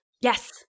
Yes